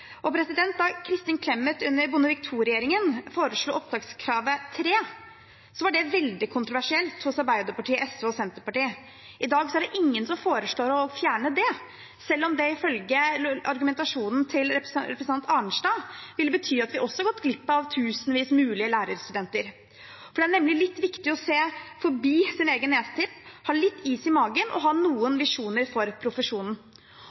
Da Kristin Clemet under Bondevik II-regjeringen foreslo opptakskravet 3, var det veldig kontroversielt hos Arbeiderpartiet, SV og Senterpartiet. I dag er det ingen som foreslår å fjerne det, selv om det ifølge argumentasjonen til representanten Arnstad vil bety at vi også har gått glipp av tusenvis av mulige lærerstudenter. For det er nemlig litt viktig å se forbi sin egen nesetipp, ha litt is i magen og noen visjoner for profesjonen.